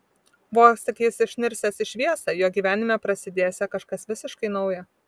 vos tik jis išnirsiąs į šviesą jo gyvenime prasidėsią kažkas visiškai nauja